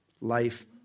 life